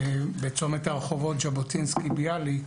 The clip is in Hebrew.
מצומת הרחובות ז'בוטינסקי ביאליק